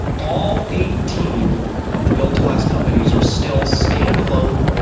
all eighteen of the built to last companies are still standalone,